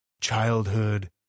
childhood